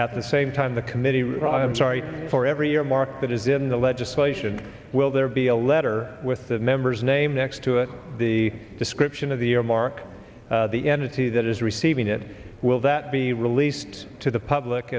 at the same time the committee write i'm sorry for every year mark that is in the legislation will there be a letter with the member's name next to it the description of the earmark the entity that is receiving it will that be released to the public